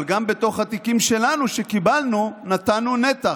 אבל גם בתוך התיקים שלנו שקיבלנו נתנו נתח.